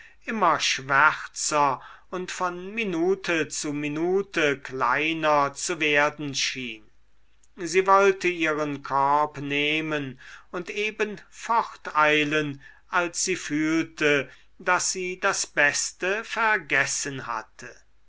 immer schwärzer und von minute zu minute kleiner zu werden schien sie wollte ihren korb nehmen und eben forteilen als sie fühlte daß sie das beste vergessen hatte